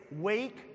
wake